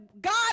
God